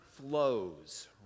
Flows